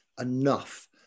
enough